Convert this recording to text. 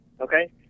Okay